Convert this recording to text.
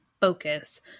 focus